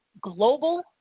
global